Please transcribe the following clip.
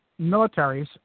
militaries